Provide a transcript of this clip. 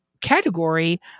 category